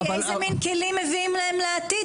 כי איזה מן כלים מביאים להם לעתיד,